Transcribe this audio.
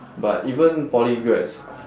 but even poly grads